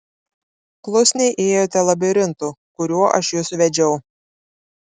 klusniai ėjote labirintu kuriuo aš jus vedžiau